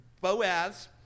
Boaz